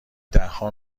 دهها